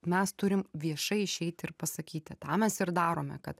mes turim viešai išeiti ir pasakyti tą mes ir darome kad